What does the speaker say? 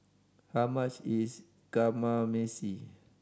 how much is Kamameshi